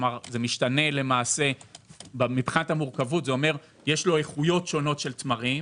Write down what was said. כלומר מבחינת המורכבות זה אומר שיש לו איכויות שונות של תמרים.